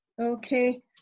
okay